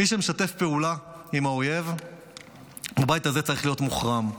מי שמשתף פעולה עם האויב בבית הזה צריך להיות מוחרם,